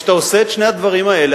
כשאתה עושה את שני הדברים האלה,